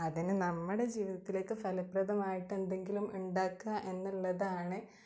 അതിന് നമ്മുടെ ജീവിതത്തിലേക്ക് ഫലപ്രദമായിട്ട് എന്തെങ്കിലും ഉണ്ടാക്കുക എന്നുള്ളതാണ്